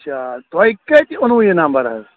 اچھا تۄہہِ کتہِ اوٚنوٕ یہِ نمبر حظ